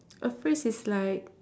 a phrase is like